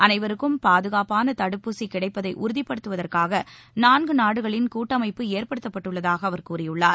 அனைவருக்கும் பாதுகாப்பான தடுப்பூசி கிடைப்பதை உறுதிபடுத்துவதற்காக நான்கு நாடுகளின் கூட்டமைப்பு ஏற்படுத்தப்பட்டுள்ளதாக அவர் கூறியுள்ளார்